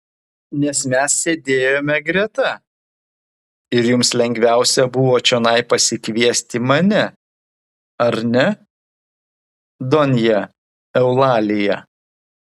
nes mes sėdėjome greta ir jums lengviausia buvo čionai pasikviesti mane ar ne donja eulalija